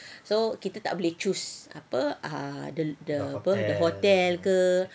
so kita tak boleh choose apa the the hotel ke